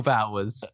hours